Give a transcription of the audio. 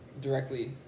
directly